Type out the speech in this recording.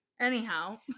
Anyhow